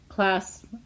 class